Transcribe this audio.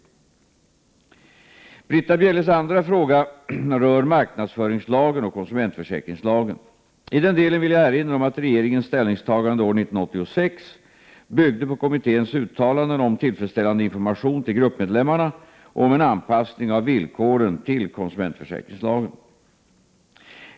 61 Britta Bjelles andra fråga rör marknadsföringslagen och konsumentförsäkringslagen. I den delen vill jag erinra om att regeringens ställningstagande år 1986 byggde på kommitténs uttalanden om tillfredsställande information till gruppmedlemmarna och om en anpassning av villkoren till konsumentförsäkringslagen.